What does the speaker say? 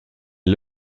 est